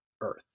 Earth